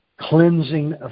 cleansing